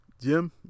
Jim